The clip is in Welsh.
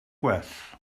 gwell